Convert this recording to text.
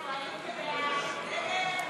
113 114 נתקבלו.